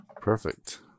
Perfect